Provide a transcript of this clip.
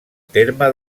terme